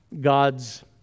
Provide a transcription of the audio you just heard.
god's